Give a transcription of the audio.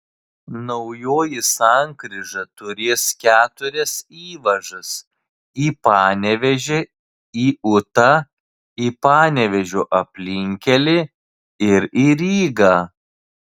naujoji sankryža turės keturias įvažas į panevėžį į ūtą į panevėžio aplinkkelį ir į rygą